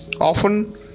Often